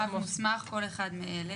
אנחנו יכולים להעביר היום, הנוסחים האלה